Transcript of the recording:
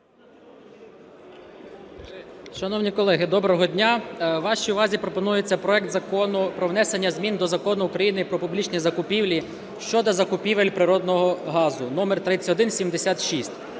Шановні колеги, доброго дня! Вашій увазі пропонується проект Закону про внесення змін до Закону України "Про публічні закупівлі" щодо закупівлі природного газу (№3176),